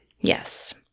Yes